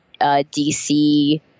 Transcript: DC